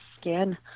skin